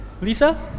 Lisa